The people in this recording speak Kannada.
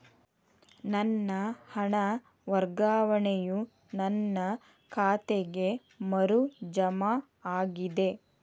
ನನ್ನ ಹಣ ವರ್ಗಾವಣೆಯು ನನ್ನ ಖಾತೆಗೆ ಮರು ಜಮಾ ಆಗಿದೆ